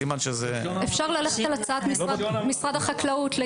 אפשר ללכת על הצעת משרד החקלאות.